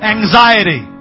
Anxiety